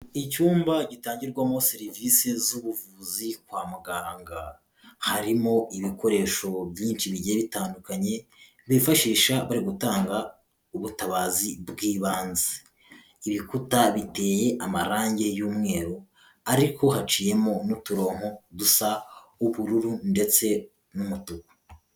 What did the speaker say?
Icyumba gitangirwamo serivisi z'ubuvuzi kwa muganga, harimo ibikoresho byinshi bigera bitandukanye bifashisha bari gutanga ubutabazi bw'ibanze, ibikuta biteye amarangi y'umweru ariko haciyemo n'uturonko dusa ubururu ndetse n'umutuku.